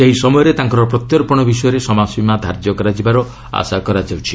ସେହି ସମୟରେ ତାଙ୍କର ପ୍ରତ୍ୟର୍ପଣ ବିଷୟରେ ସମୟସୀମା ଧାର୍ଯ୍ୟ କରାଯିବାର ଆଶା କରାଯାଉଛି